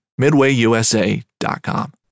MidwayUSA.com